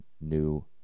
New